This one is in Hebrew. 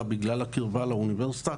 אלא בגלל הקרבה לאוניברסיטה,